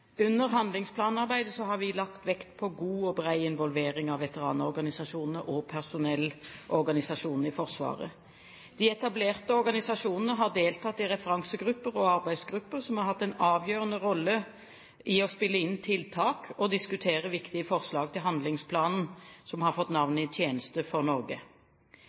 Under handlingsplanarbeidet har vi lagt vekt på god og bred involvering av veteranorganisasjonene og personellorganisasjonene i Forsvaret. De etablerte organisasjonene har deltatt i referansegrupper og arbeidsgrupper som har hatt en avgjørende rolle i å spille inn tiltak og diskutere viktige forslag til handlingsplanen som har fått navnet «I tjeneste for Norge».